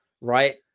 right